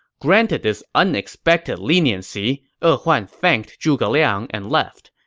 granted this unexpected leniency, e huan thanked zhuge liang and left.